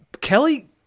Kelly